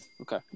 Okay